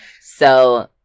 So-